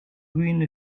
ruine